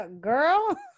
Girl